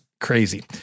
crazy